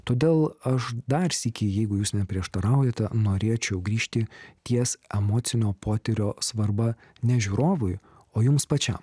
todėl aš dar sykį jeigu jūs neprieštaraujate norėčiau grįžti ties emocinio potyrio svarba ne žiūrovui o jums pačiam